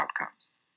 outcomes